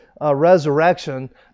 resurrection